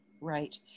Right